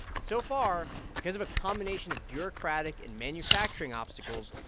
but so far, because of a combination of bureaucratic and manufacturing obstacles,